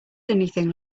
anything